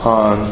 on